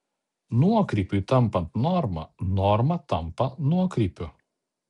nuokrypiui tampant norma norma tampa nuokrypiu